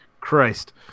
Christ